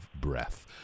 breath